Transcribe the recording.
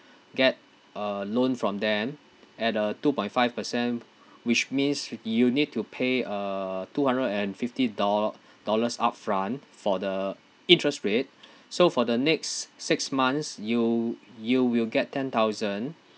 get a loan from them at a two point five percent which means you need to pay uh two hundred and fifty do~ dollars upfront for the interest rate so for the next six months you you will get ten thousand